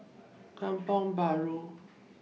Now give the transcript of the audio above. Kampong Bahru